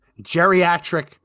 Geriatric